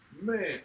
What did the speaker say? man